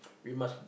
we must